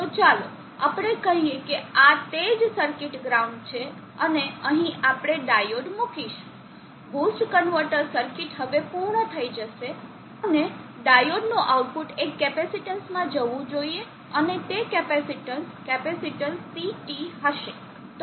તો ચાલો આપણે કહીએ કે આ તે જ સર્કિટ ગ્રાઉન્ડ છે અને અહીં આપણે ડાયોડ મૂકીશું બૂસ્ટ કન્વર્ટર સર્કિટ હવે પૂર્ણ થઈ જશે અને ડાયોડ નું આઉટપુટ એક કેપેસિટેન્સ માં જવું જોઈએ અને તે કેપેસિટીન્સ કેપેસિટીન્સ CT હશે